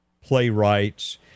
playwrights